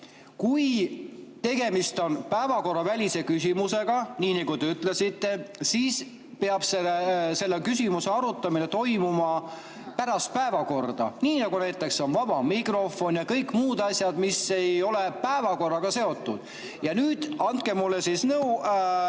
Kui tegemist on päevakorravälise küsimusega, nii nagu te ütlesite, siis peab selle küsimuse arutamine toimuma pärast päevakorda, nii nagu on vaba mikrofon ja kõik muud asjad, mis ei ole päevakorraga seotud. Ja nüüd andke mulle nõu